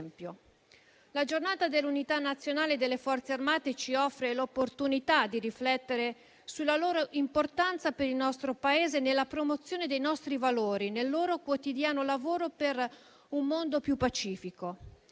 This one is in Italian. La Giornata dell'Unità nazionale e delle Forze armate ci offre l'opportunità di riflettere sulla loro importanza per il nostro Paese nella promozione dei nostri valori nel loro quotidiano lavoro per un mondo più pacifico.